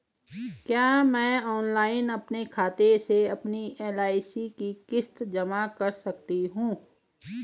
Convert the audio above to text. क्या मैं ऑनलाइन अपने खाते से अपनी एल.आई.सी की किश्त जमा कर सकती हूँ?